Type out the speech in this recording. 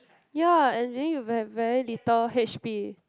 ya and being very very little h_p